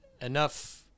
enough